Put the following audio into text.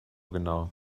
genau